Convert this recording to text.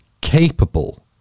capable